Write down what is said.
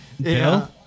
Bill